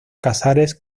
casares